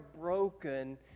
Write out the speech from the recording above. broken